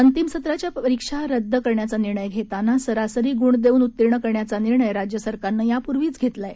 अंतिम सत्राच्या परीक्षा रद्द करण्याचा निर्णय घेताना सरासरी गुण देऊन उत्तीर्ण करण्याचा निर्णय राज्य सरकारनं यापूर्वीच घेतला आहे